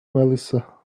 melissa